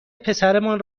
پسرمان